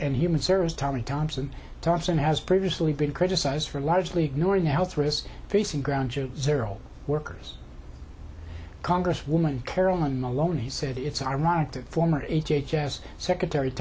and human services tommy thompson thompson has previously been criticized for largely ignoring the health risks facing ground zero workers congresswoman carolyn maloney said it's ironic that former agent jazz secretary